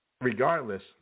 Regardless